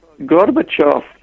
Gorbachev